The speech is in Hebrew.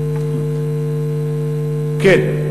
כן.